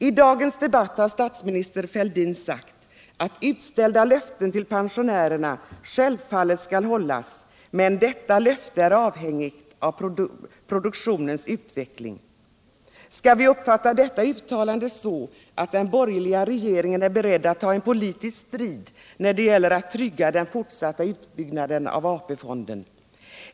I dagens debatt har statsminister Fälldin sagt att utställda löften till pensionärerna självfallet skall hållas men att detta löfte är avhängigt av produktionens utveckling. Skall vi uppfatta detta uttalande så att den borgerliga regeringen är beredd att ta en politisk strid när det gäller att trygga den fortsatta utbyggnaden av AP-fonderna?